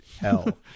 hell